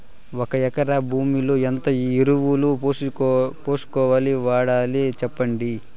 ఒక ఎకరా భూమిలో ఎంత ఎరువులు, పోషకాలు వాడాలి సెప్పండి?